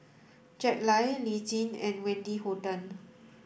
Jack Lai Lee Tjin and Wendy Hutton